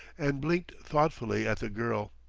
and blinked thoughtfully at the girl.